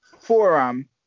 forum